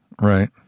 Right